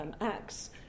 acts